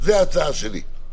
זאת ההצעה שלי.